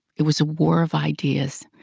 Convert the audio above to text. it was a war of ideas.